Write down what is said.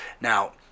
Now